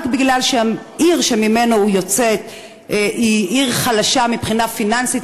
רק בגלל שהעיר שממנה הוא יוצא היא עיר חלשה מבחינה פיננסית,